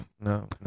no